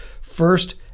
first